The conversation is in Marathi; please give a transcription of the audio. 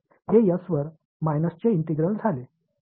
तर हे s वर माइनसचे इंटिग्रल झाले